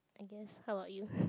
I guess how about you